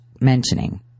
mentioning